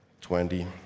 twenty